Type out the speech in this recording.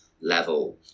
level